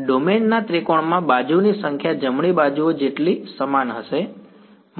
domain ના ત્રિકોણમાં બાજુની સંખ્યા જમણી બાજુઓ જેટલી સમાન હશે